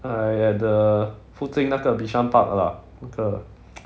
I at the 附近那个 bishan park lah 那个